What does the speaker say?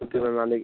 okay ma'am நாளைக்கு